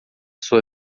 sua